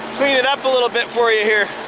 cleaning up a little bit for ya here.